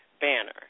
banner